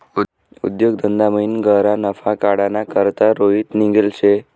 उद्योग धंदामयीन गह्यरा नफा काढाना करता रोहित निंघेल शे